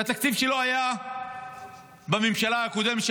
שהתקציב שלו בממשלה הקודמת,